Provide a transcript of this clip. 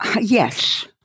Yes